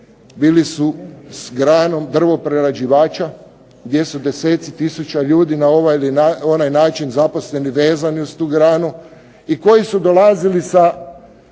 bili su s granom drvoprerađivača gdje su deseci tisuća ljudi na ovaj ili onaj način zaposleni, vezani uz tu granu i koji su dolazili sa